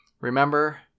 Remember